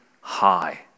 high